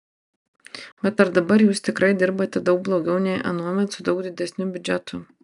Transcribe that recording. bet ar dabar jūs tikrai dirbate daug blogiau nei anuomet su daug didesniu biudžetu